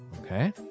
okay